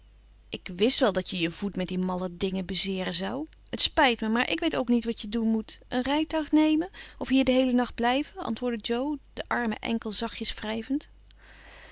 ik wist wel dat je je voet met die malle dingen bezeeren zou het spijt me maar ik weet ook niet wat je doen moet een rijtuig nemen of hier den heelen nacht blijven antwoordde jo den armen enkel zachtjes wrijvend